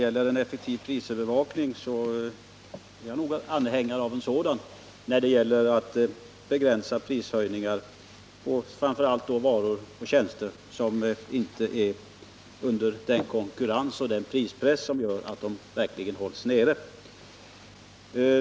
Herr talman! Jag är anhängare av en effektiv prisövervakning för att begränsa prishöjningar, framför allt kostnader för varor och tjänster som inte har en konkurrens eller prispress som gör att de verkligen hålls nere.